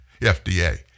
FDA